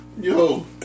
Yo